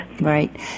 Right